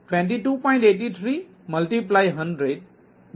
831007032